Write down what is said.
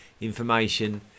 information